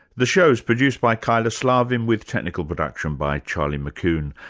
the show is produced by kyla slaven with technical production by charlie mccune.